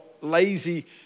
lazy